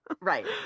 Right